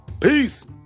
Peace